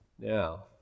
Now